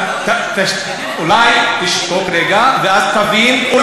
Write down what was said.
אולי תשתוק רגע ואז תבין.